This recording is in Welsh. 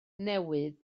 newydd